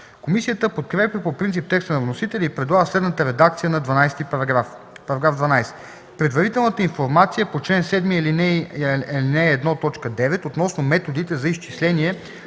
Комисията подкрепя по принцип текста на вносителя и предлага следната редакция на § 12: „§ 12. Предварителната информация по чл. 7, ал. 1, т. 9 относно методите за изчисление